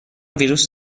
ویروس